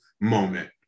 moment